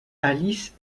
alice